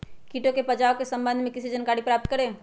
किटो से बचाव के सम्वन्ध में किसी जानकारी प्राप्त करें?